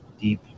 deep